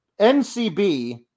NCB